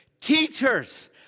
teachers